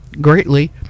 greatly